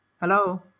Hello